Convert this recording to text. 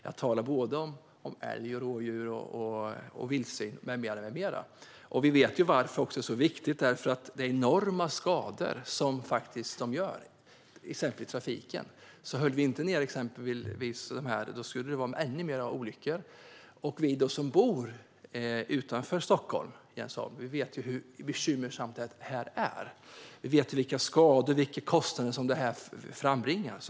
Jag talar om såväl älg som rådjur och vildsvin med mera. Det är viktigt eftersom de här djuren ger upphov till enorma skador, exempelvis i trafiken. Om vi inte höll nere stammarna skulle det bli ännu fler olyckor. Vi som bor utanför Stockholm, Jens Holm, vet hur bekymmersamt det kan vara. Vi vet vilka skador och vilka kostnader det leder till.